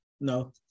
No